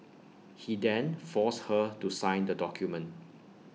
he then forced her to sign the document